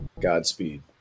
Godspeed